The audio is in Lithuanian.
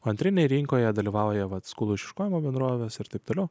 antrinėje rinkoje dalyvauja vat skolų išieškojimo bendrovės ir taip toliau